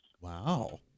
Wow